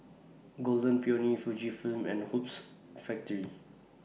Golden Peony Fujifilm and Hoops Factory